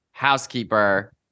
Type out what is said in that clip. housekeeper